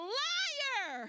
liar